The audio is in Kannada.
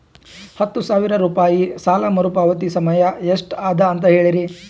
ಹತ್ತು ಸಾವಿರ ರೂಪಾಯಿ ಸಾಲ ಮರುಪಾವತಿ ಸಮಯ ಎಷ್ಟ ಅದ ಅಂತ ಹೇಳರಿ?